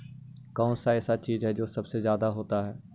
कौन सा ऐसा चीज है जो सबसे ज्यादा होता है?